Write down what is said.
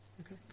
Okay